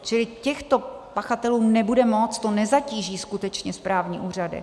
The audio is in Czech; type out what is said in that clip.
Čili těchto pachatelů nebude moc, to nezatíží skutečně správní úřady.